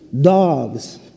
dogs